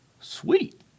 sweet